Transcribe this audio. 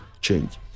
change